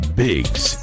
biggs